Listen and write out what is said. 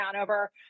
over